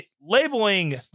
labeling